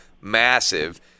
massive